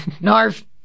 Narf